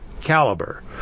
caliber